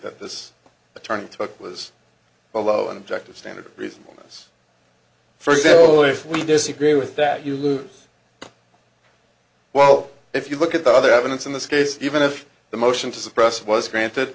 that this attorney took was below an objective standard reasonableness for example if we disagree with that you lose well if you look at the other evidence in this case even if the motion to suppress was granted